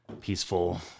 peaceful